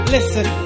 Listen